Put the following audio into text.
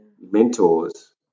mentors